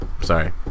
Sorry